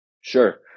Sure